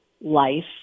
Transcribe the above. life